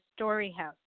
Storyhouse